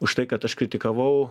už tai kad aš kritikavau